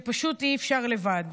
שפשוט אי-אפשר לבד.